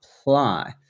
apply